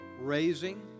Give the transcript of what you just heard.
raising